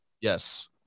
Yes